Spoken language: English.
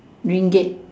ringgit